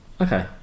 Okay